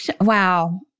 wow